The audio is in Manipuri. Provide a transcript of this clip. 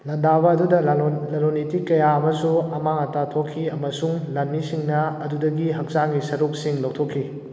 ꯂꯟꯗꯥꯕ ꯑꯗꯨꯗ ꯂꯂꯣꯟ ꯏꯇꯤꯛ ꯀꯌꯥ ꯑꯃꯁꯨ ꯑꯃꯥꯡ ꯑꯇꯥ ꯊꯣꯛꯈꯤ ꯑꯃꯁꯨꯡ ꯂꯥꯟꯃꯤꯁꯤꯡꯅ ꯑꯗꯨꯗꯒꯤ ꯍꯛꯆꯥꯡꯒꯤ ꯁꯔꯨꯛꯁꯤꯡ ꯂꯧꯊꯣꯛꯈꯤ